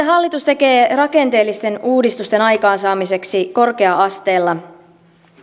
hallitus tekee rakenteellisten uudistusten aikaansaamiseksi korkea asteella